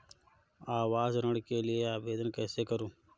आवास ऋण के लिए आवेदन कैसे करुँ?